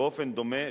באופן דומה,